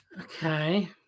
Okay